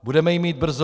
Budeme ji mít brzo?